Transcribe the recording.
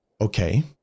Okay